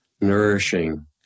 nourishing